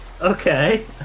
Okay